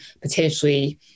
potentially